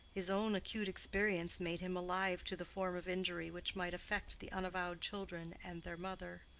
his own acute experience made him alive to the form of injury which might affect the unavowed children and their mother.